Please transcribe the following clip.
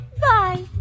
Bye